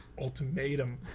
Ultimatum